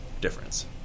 difference